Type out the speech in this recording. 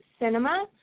cinema